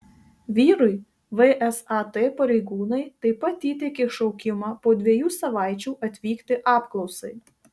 vyrui vsat pareigūnai taip pat įteikė šaukimą po dviejų savaičių atvykti apklausai